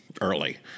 early